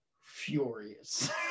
furious